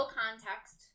context